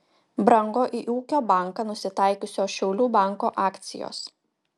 brango į ūkio banką nusitaikiusio šiaulių banko akcijos